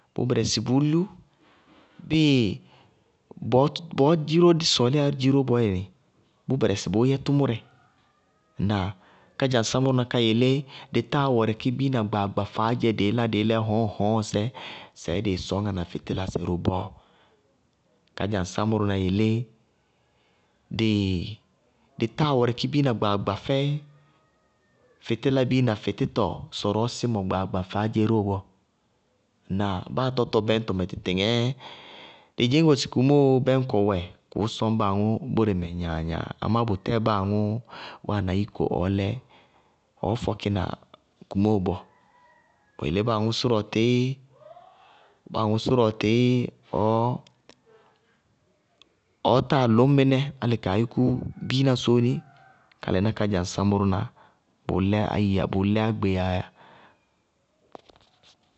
Bʋʋ bɛrɛsɩ bʋʋ lú. Bíɩ bɔɔ bɔɔ dziró dí sɔɔlíyáá dziró bɔɔyɛnɩ bʋʋ bɛrɛsɩ bʋʋ yɛ tʋmʋrɛ. Ŋnáa? Kádzaŋsaámʋná yelé dɩ táa wɛrɛkí biina gbaagba faádzé dɩí lɛ hɔñŋhɔñŋsɛ sɛɛ dɩɩ sɔñŋána fɩtílasɛ ró bɔɔ. Kádzaŋsaámʋná yelé dɩ táa wɛrɛkí biina gbaagba fɛ fɩtɩlasɛ biina fɩtítɔ sɔrɔɔ símɔ gbaagba faádzé ró bɔɔ, ŋnáa? Báa tɔtɔ bɛñtɔmɛ tɩtɩŋɛ, dɩ dzɩñ go sɩ kumóo bɛñkɔ wɛ, kʋʋ sɔñ báa aŋʋ bóremɛ gnaa-gnaa, amá bʋtɛɛ báa aŋʋ wáana yíko ɔɔ lɛɛ, ɔɔ fɔkína kumóo bɔɔ, bʋyelé báa aŋʋ sʋrʋ ɔtɩ ɔɔ táa lʋñ mɩnɛ kaa yúkú biina sóóni ka lɛná kádzaŋsaámʋná, bʋʋ lɛ áyiya bʋʋ lɛ ágbéyaáyá.